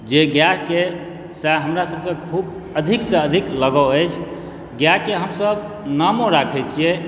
जे गायके से हमरा सबके अधिक से अधिक लगाव अछि गायके हमसब नामो राखै छियै